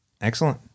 Excellent